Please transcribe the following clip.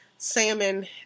Salmon